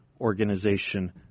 organization